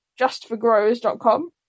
justforgrowers.com